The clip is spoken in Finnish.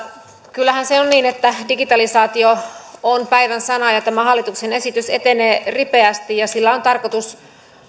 kyllähän se on niin että digitalisaatio on päivän sana ja tämä hallituksen esitys etenee ripeästi ja sillä on tarkoitus